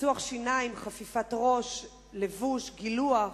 צחצוח שיניים, חפיפת ראש, לבוש, גילוח,